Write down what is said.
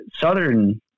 southern